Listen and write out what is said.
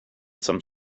some